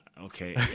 okay